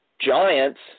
giants